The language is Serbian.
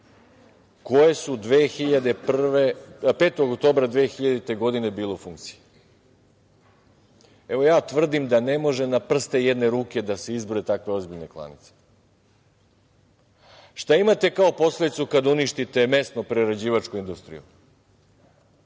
koje su 5. oktobra 2000. godine bile u funkciji? Ja tvrdim da ne može na prste jedne ruke da se izbroje takve ozbiljne klanice. Šta imate kao posledicu kada uništite mesno-prerađivačku industriju?